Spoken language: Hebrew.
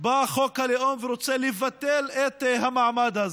בא חוק הלאום ורוצה לבטל את המעמד הזה.